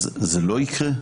אז זה לא יקרה?